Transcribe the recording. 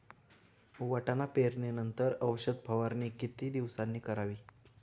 वाटाणा पेरणी नंतर औषध फवारणी किती दिवसांनी करावी?